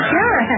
Sure